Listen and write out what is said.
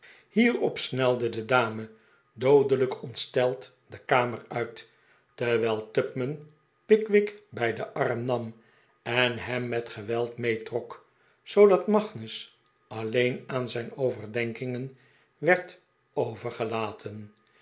hierop snelde de dame doodelijk ontsteld de kamer uit terwijl tupman pickwick bij den arm nam en hem met geweld meetrok zoodat magnus alleen aan zijn overdenkingen werd overgel